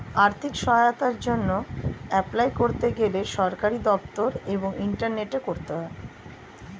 আর্থিক সহায়তার জন্যে এপলাই করতে গেলে সরকারি দপ্তর এবং ইন্টারনেটে করতে হয়